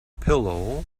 pillow